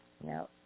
No